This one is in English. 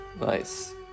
Nice